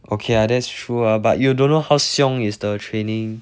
okay lah that's true but you don't know how 凶 is the training